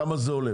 כמה זה עולה,